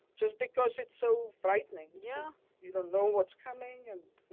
just because it's so frightening yeah you don't know what's coming. and,